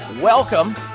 Welcome